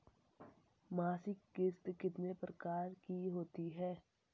मासिक किश्त कितने प्रकार की होती है?